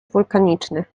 wulkaniczny